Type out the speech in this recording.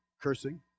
cursing